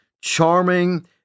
charming